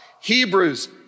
Hebrews